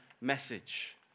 message